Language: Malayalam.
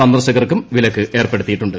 സന്ദർശകർക്കും വിലക്കേർപ്പെടുത്തിയിട്ടുണ്ട്